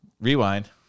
rewind